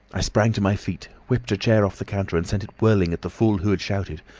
i sprang to my feet, whipped a chair off the counter, and sent it whirling at the fool who had shouted,